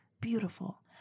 Beautiful